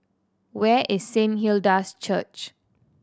where is Saint Hilda's Church